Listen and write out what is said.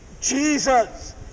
Jesus